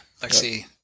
Lexi